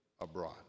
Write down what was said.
abroad